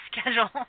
schedule